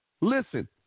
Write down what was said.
Listen